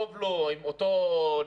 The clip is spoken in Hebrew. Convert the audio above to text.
טוב לו עם אותו ניצב,